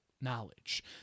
Knowledge